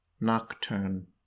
nocturne